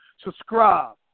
subscribe